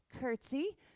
curtsy